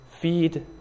Feed